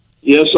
Yes